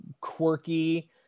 quirky